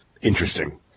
interesting